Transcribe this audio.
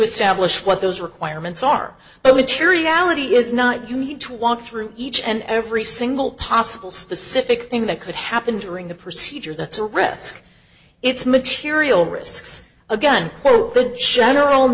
establish what those requirements are but with your reality is not you need to walk through each and every single possible specific thing that could happen during the procedure that's a risk it's material risks again quote the general